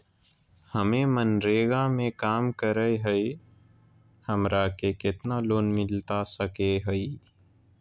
हमे मनरेगा में काम करे हियई, हमरा के कितना लोन मिलता सके हई?